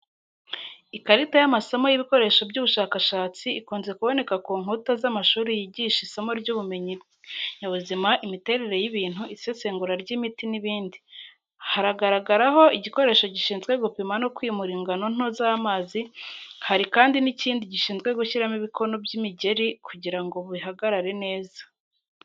Ikarita y’amasomo y’ibikoresho by'ubushakashatsi gikunze kuboneka ku nkuta z’amashuri yigisha isomo rya ubumenyi bw’ibinyabuzima, imiterere y'ibintu, isesengura ry'imiti n'ibindi. Haragaragaraho igikoresho gishinzwe gupima no kwimura ingano nto z’amazi hari kandi n'ikindi gishinzwe gushyiramo ibikono by’imigeri kugira ngo bihagarare neza.